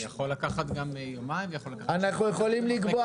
זה יכול לקחת יומיים ויכול לקחת שבוע --- אנחנו יכולים לקבוע